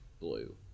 blue